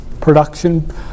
Production